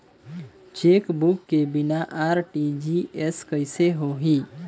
Chequebook के बिना RTGS कइसे होही?